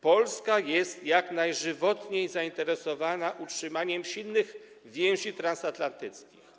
Polska jest jak najżywotniej zainteresowana utrzymaniem silnych więzi transatlantyckich.